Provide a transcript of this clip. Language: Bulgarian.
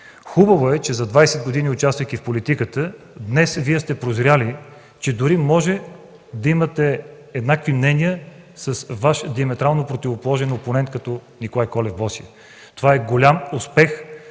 Хубаво е, че за 20 години участие в политиката сте прозрели, че можете дори да имате еднакви мнения с Ваш диаметрално противоположен опонент, като Николай Колев–Босия. Това е голям успех